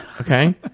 okay